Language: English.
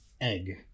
egg